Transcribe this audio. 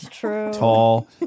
tall